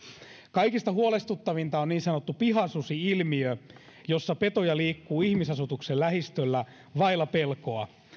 kaikista huolestuttavinta on niin sanottu pihasusi ilmiö jossa petoja liikkuu ihmisasutuksen lähistöllä vailla pelkoa